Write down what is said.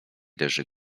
leży